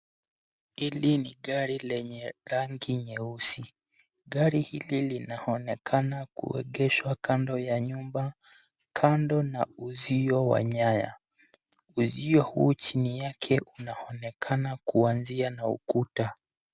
Hili ni gari lenye rangi nyeusi. Gari hili linaonekana kuegeshwa kando ya nyumba kando na uzio wa nyaya. Uzio huu chini yake unaonekana kuanzia na ukuta.